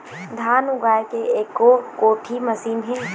धान जगाए के एको कोठी मशीन हे?